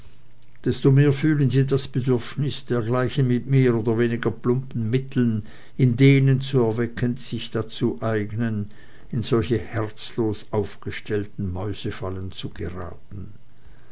desto mehr fühlen sie das bedürfnis dergleichen mit mehr oder weniger plumpen mitteln in denen zu erwecken die sich dazu eignen in solche herzlos aufgestellten mäusefallen zu geraten